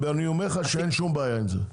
ואני אומר לך שאין שום בעיה עם זה.